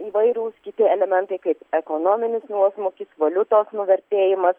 įvairūs kiti elementai kaip ekonominis nuosmukis valiutos nuvertėjimas